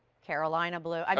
carolina blue.